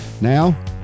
now